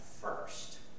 first